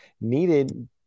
needed